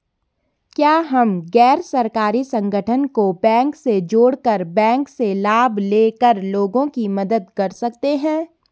क्या हम गैर सरकारी संगठन को बैंक से जोड़ कर बैंक से लाभ ले कर लोगों की मदद कर सकते हैं?